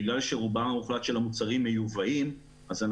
רובם המוחלט של המוצרים מיובאים וכך,